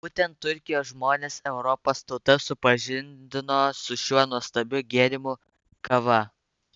būtent turkijos žmonės europos tautas supažindino su šiuo nuostabiu gėrimu kava